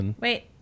Wait